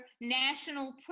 national